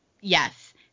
yes